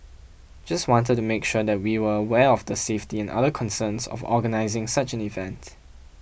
just wanted to make sure that we were aware of the safety and other concerns of organising such an event